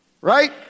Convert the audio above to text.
Right